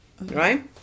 Right